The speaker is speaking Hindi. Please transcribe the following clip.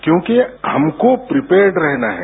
क्योंकि हमको प्रिपेयर्ड रहना है